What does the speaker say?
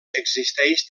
existeix